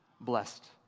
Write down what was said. Blessed